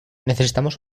necesitamos